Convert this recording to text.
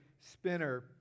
Spinner